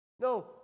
No